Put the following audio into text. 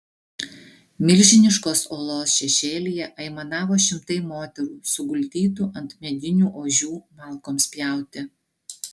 milžiniškos uolos šešėlyje aimanavo šimtai moterų suguldytų ant medinių ožių malkoms pjauti